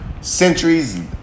centuries